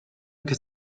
que